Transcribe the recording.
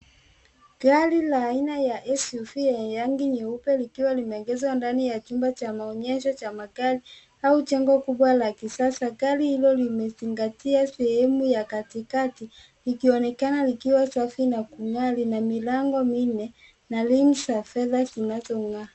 Gari la aina ya SUV yenye rangi nyeupe likiwa limeegezwa ndani ya chumba cha maonyesho cha magari au jengo kubwa la kisasa. Gari hilo limezingatia sehemu ya katikati likionekana likiwa safi na kung'aa. Lina milango minne na rims za fedha zinazong'aa.